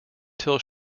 till